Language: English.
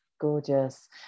gorgeous